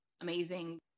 amazing